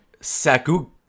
Saku